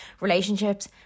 relationships